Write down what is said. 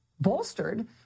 bolstered